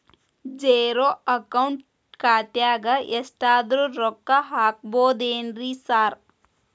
Zero account ಖಾತ್ಯಾಗ ಎಷ್ಟಾದ್ರೂ ರೊಕ್ಕ ಹಾಕ್ಬೋದೇನ್ರಿ ಸಾರ್?